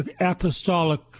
apostolic